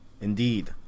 indeed